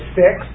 six